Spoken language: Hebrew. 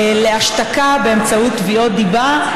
גם לאחר אישור החוק בקריאה שנייה ושלישית ייקבעו תקנות,